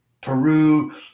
Peru